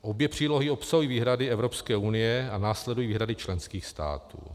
Obě přílohy obsahují výhrady Evropské unie a následují výhrady členských států.